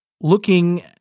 looking